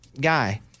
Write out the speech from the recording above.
guy